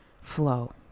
flow